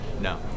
No